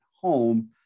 home